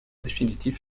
définitif